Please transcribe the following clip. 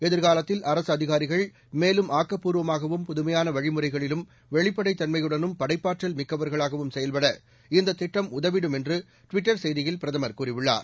எதிர்காலத்தில் அரசு அதிகாரிகள் மேலும் ஆக்கபூர்வமாகவும் புதுமையான வழிமுறைகளிலும் வெளிப்படைத் தன்மையுடனும் படைப்பாற்றல் மிக்கவர்களாகவும் செயல்பட இந்த திட்டம் உதவிடும் என்று ட்விட்டர் செய்தியில் பிரதமர் கூறியுள்ளார்